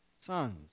sons